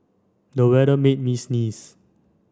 the weather made me sneeze